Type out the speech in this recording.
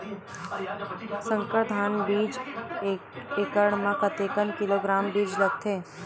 संकर धान बीज एक एकड़ म कतेक किलोग्राम बीज लगथे?